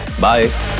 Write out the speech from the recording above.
Bye